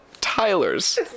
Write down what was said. Tylers